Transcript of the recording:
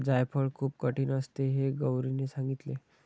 जायफळ खूप कठीण असते हे गौरीने सांगितले